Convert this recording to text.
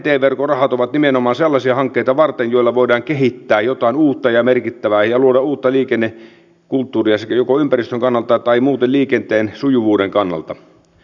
miten se voi edes olla niin heikkoa kun kuitenkin ministeriöillä ja hallituksella on mahdollisuus käyttää apunaan maan johtavia asiantuntijoita ja on resursseja laskettaa lakiesitysten vaikutuksia